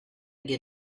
get